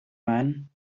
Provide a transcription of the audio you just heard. man